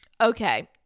Okay